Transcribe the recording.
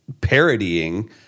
parodying